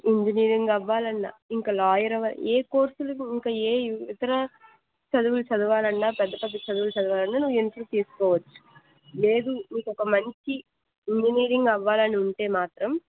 engineering అవ్వాలన్న ఇంక lawyer అవ్వాల ఏ కోర్సులుకు ఇంకా ఏ ఇతర చదువులు చదవాలన్న పెద్ద పెద్ద చదువులు చదవాలన్న నువ్వు ఇంటర్ తీసుకోవచ్చు లేదు నీకు ఒక మంచి ఇంజనీరింగ్ అవ్వాలని ఉంటే మాత్రం